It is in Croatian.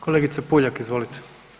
Kolegice Puljak, izvolite.